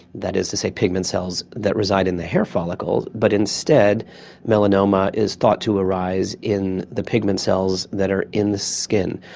that is to say pigment cells that reside in the hair follicle, but instead melanoma is thought to arise in the pigment cells that are in the skin.